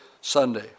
Sunday